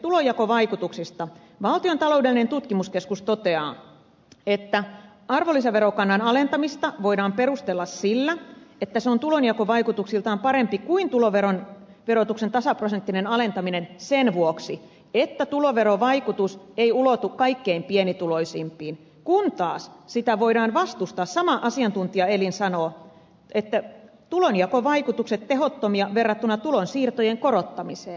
valtion taloudellinen tutkimuskeskus toteaa että arvonlisäverokannan alentamista voidaan perustella sillä että se on tulonjakovaikutuksiltaan parempi kuin tuloverotuksen tasaprosenttinen alentaminen sen vuoksi että tuloverovaikutus ei ulotu kaikkein pienituloisimpiin kun taas sitä voidaan vastustaa sama asiantuntijaelin sanoo koska tulonjakovaikutukset ovat tehottomia verrattuna tulonsiirtojen korottamiseen